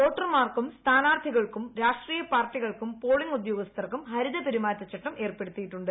വോട്ടർമാർക്കും സ്ഥാനാർത്ഥികൾക്കും രാഷ്ട്രീയപാർട്ടികൾക്കും പോളിംഗ് ഉദ്യോഗസ്ഥർക്കും ഹരിത പെരുമാറ്റചട്ടം ഏർപ്പെടുത്തിയിട്ടുണ്ട്